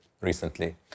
recently